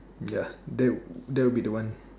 ya that that would be the one